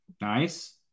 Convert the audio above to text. Nice